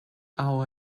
hour